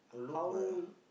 how